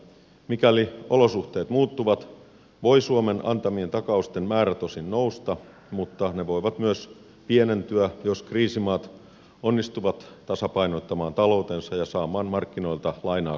mikäli olosuhteet muuttuvat voi suomen antamien takausten määrä tosin nousta mutta se voi myös pienentyä jos kriisimaat onnistuvat tasapainottamaan taloutensa ja saamaan markkinoilta lainaa kohtuullisella korolla